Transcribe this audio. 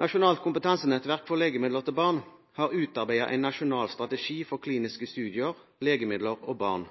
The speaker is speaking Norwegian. Nasjonalt kompetansenettverk for legemidler til barn har utarbeidet en nasjonal strategi for kliniske studier, legemidler og barn.